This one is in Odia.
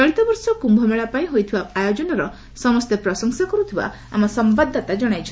ଚଳିତ ବର୍ଷ କ୍ୟୁମେଳା ପାଇଁ ହୋଇଥିବା ଆୟୋଜନର ସମସ୍ତେ ପ୍ରଶଂସା କର୍ତ୍ତିବା ଆମ ସମ୍ଭାଦଦାତା ଜଣାଇଛନ୍ତି